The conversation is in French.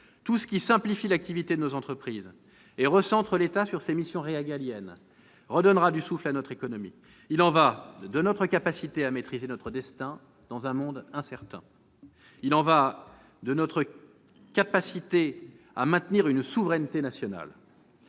Tout ce qui simplifie l'activité de nos entreprises et recentre l'État sur ses missions régaliennes redonnera du souffle à notre économie. Il y va de notre capacité à maîtriser notre destin dans un monde incertain. Il y va de notre capacité à maintenir une souveraineté nationale.